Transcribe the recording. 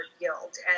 guilt